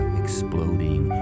exploding